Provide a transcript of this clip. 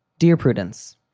dear prudence,